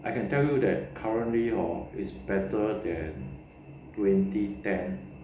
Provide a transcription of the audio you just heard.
I can tell you that currently hor is better than twenty ten